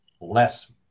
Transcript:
less